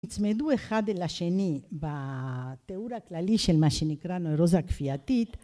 נצמדו אחד אל השני ב... תיאור הכללי של מה שנקרא נוירוזה כפייתית